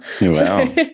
Wow